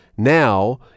now